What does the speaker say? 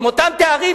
עם אותם תארים,